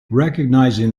recognizing